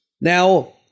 Now